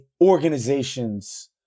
organizations